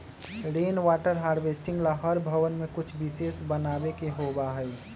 rain water harvesting ला हर भवन में कुछ विशेष बनावे के होबा हई